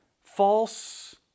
False